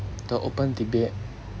the open debate